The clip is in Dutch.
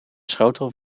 schotel